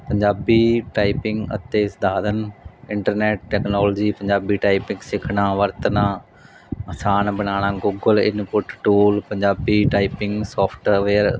Punjabi typing ਅਤੇ ਸਧਾਰਨ internet technology Punjabi typing ਸਿੱਖਣਾ ਵਰਤਣਾ ਆਸਾਨ ਬਣਾਉਣਾ Google input tool Punjabi typing software